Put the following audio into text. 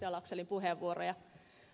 laxellin puheenvuoroja